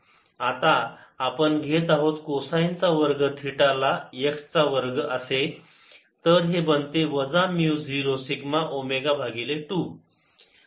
आता आपण घेत आहोत कोसाईन चा वर्ग थिटा ला x चा वर्ग असे तर हे बनते वजा म्यु 0 सिग्मा ओमेगा भागिले 2